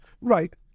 Right